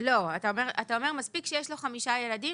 אתה אומר מספיק שיש לו חמישה ילדים